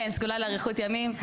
כן, סגולה לאריכות ימים.